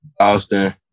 Austin